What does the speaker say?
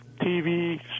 TV